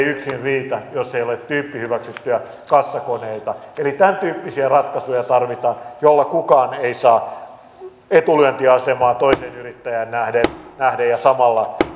yksin riitä jos ei ole tyyppihyväksyttyjä kassakoneita eli tämäntyyppisiä ratkaisuja tarvitaan joilla kukaan ei saa etulyöntiasemaa toiseen yrittäjään nähden nähden ja samalla